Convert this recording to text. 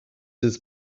his